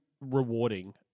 rewarding